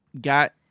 got